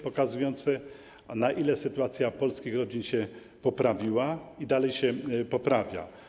pokazujących, na ile sytuacja polskich rodzin się poprawiła i dalej się poprawia.